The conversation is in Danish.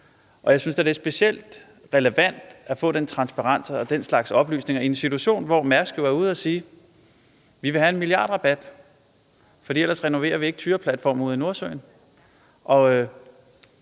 Jeg synes da, det er specielt relevant at få den transparens og den slags oplysninger i en situation, hvor Mærsk jo er ude at sige: Vi vil have en milliardrabat, for ellers renoverer vi ikke Thyraplatformen ude i Nordsøen.